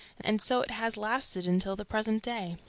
and so it has lasted until the present day.